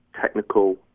technical